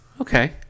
Okay